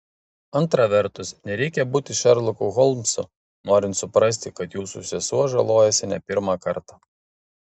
antra vertus nereikia būti šerloku holmsu norint suprasti kad jūsų sesuo žalojasi ne pirmą kartą